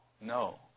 no